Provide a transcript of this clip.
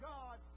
God